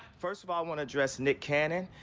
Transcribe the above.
first of all, i wanna address nick cannon.